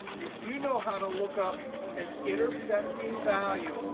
if you know how to look up an intersecting value,